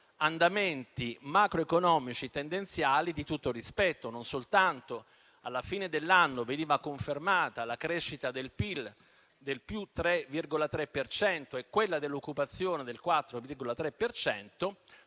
andamenti macroeconomici tendenziali di tutto rispetto: non soltanto alla fine dell'anno veniva confermata la crescita del PIL del 3,3 per cento e quella dell'occupazione del 4,3